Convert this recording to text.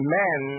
men